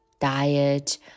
diet